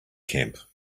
camp